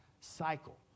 cycle